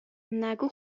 نگو